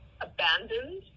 abandoned